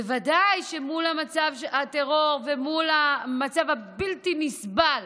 בוודאי מול מצב הטרור ומול המצב הבלתי-נסבל